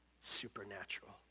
supernatural